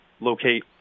locate